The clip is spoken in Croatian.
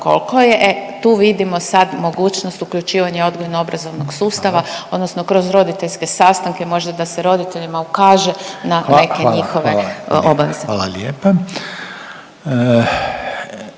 Hvala./… E tu vidimo sad mogućnost uključivanja odgojno-obrazovnog sustava, odnosno kroz roditeljske sastanke možda da se roditeljima ukaže na neke njihove obaveze. **Reiner,